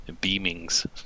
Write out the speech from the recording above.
beamings